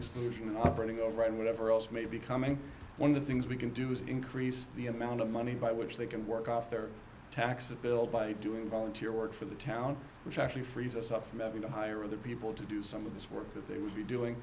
exclusion operating over and whatever else may be coming one of the things we can do is increase the amount of money by which they can work off their tax bill by doing volunteer work for the town which actually frees us up from having to hire other people to do some of this work that they would be doing